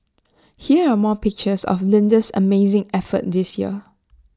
here are more pictures of Linda's amazing effort this year